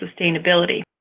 Sustainability